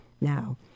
Now